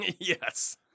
yes